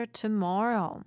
tomorrow